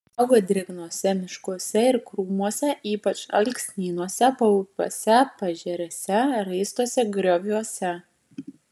auga drėgnuose miškuose ir krūmuose ypač alksnynuose paupiuose paežerėse raistuose grioviuose